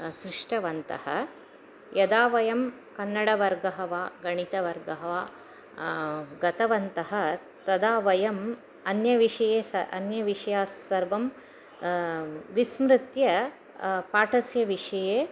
सृष्टवन्तः यदा वयं कन्नडवर्गं वा गणितवर्गं वा गतवन्तः तदा वयम् अन्यविषये स अन्यविषयं सर्वं विस्मृत्य पाठस्य विषये